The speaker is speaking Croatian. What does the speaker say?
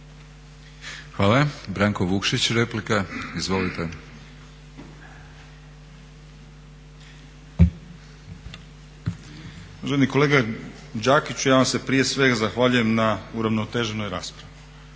Branko (Nezavisni)** Uvaženi kolega Đakiću ja vam se prije svega zahvaljujem na uravnoteženoj raspravi.